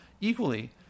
Equally